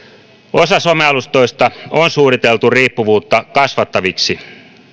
osa somealustoista on suunniteltu riippuvuutta kasvattaviksi